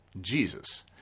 Jesus